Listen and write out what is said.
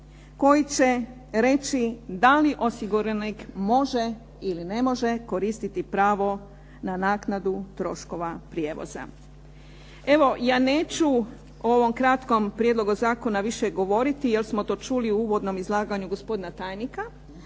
koji će reći da li osiguranik može ili ne može koristiti pravo na naknadu troškova prijevoza. Evo, ja neću o ovom kratkom prijedlogu zakona više govoriti jer smo to čuli u uvodnom izlaganju gospodina tajnika,